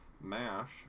mash